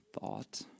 thought